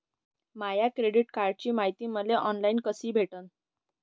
माया credit कार्डची मायती मले ऑनलाईन कसी भेटन?